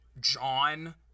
john